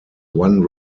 one